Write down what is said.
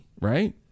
right